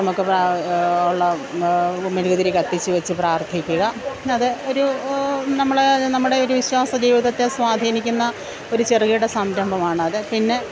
നമുക്ക് പ്രാ ഉള്ള മെഴുകുതിരി കത്തിച്ചുവച്ചു പ്രാർത്ഥിക്കുക അത് ഒരു നമ്മളെ നമ്മുടെ ഒരു വിശ്വാസജീവിതത്തെ സ്വാധീനിക്കുന്ന ഒരു ചെറുകിട സംരംഭമാണത് പിന്നെ